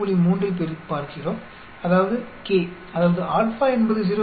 3 ஐப் பார்க்கிறோம் அதாவது k அதாவது α என்பது 0